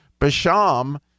Basham